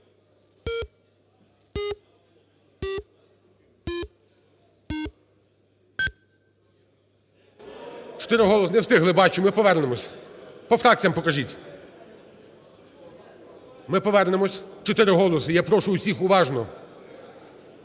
Чотири голоси не вистигли, бачу, ми повернемося. По фракціям покажіть. Ми повернемося, чотири голоси, я прошу усіх уважно